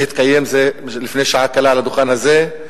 שהתקיים לפני שעה קלה על הדוכן הזה,